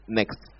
next